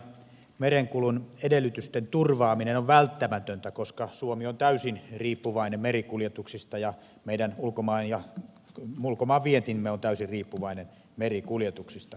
merenkulun edellytysten turvaaminen on välttämätöntä koska suomi on täysin riippuvainen merikuljetuksista ja meidän ulkomaanvientimme on täysin riippuvainen merikuljetuksista